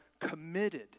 committed